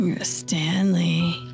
Stanley